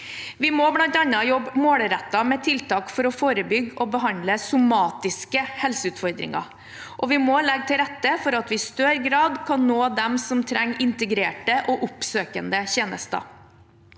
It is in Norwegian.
Vi må bl.a. jobbe målrettet med tiltak for å forebygge og behandle somatiske helseutfordringer, og vi må legge til rette for at vi i større grad kan nå dem som trenger integrerte og oppsøkende tjenester.